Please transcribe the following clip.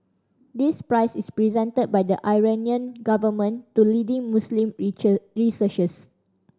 this prize is presented by the Iranian government to leading Muslim researchers